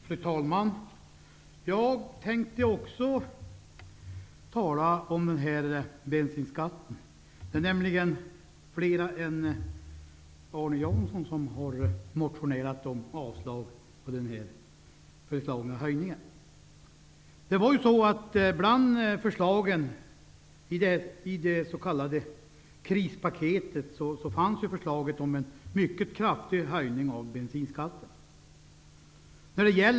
Fru talman! Också jag tänkte tala om bensinskatten. Det är nämligen fler än Arne Jansson som har motionerat om avslag på den föreslagna höjningen. Bland förslagen i det s.k. krispaketet fanns det ett förslag om en mycket kraftig höjning av bensinskatten.